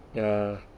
ya